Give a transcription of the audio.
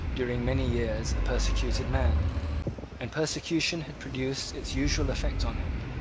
during many years, a persecuted man and persecution had produced its usual effect on him.